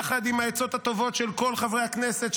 יחד עם העצות הטובות של כל חברי הכנסת,